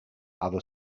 other